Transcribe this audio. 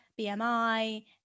BMI